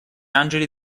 angeli